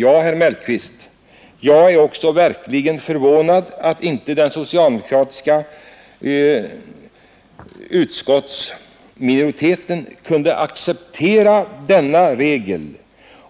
Ja, herr Mellqvist, jag är verkligen också förvånad över att inte den socialdemokratiska utskottsminoriteten kunde acceptera denna regel